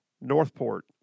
Northport